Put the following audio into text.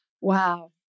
wow